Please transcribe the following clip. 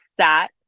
sat